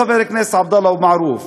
חבר הכנסת עבדאללה אבו מערוף,